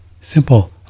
Simple